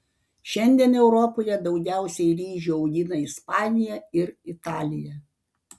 šiandien europoje daugiausiai ryžių augina ispanija ir italija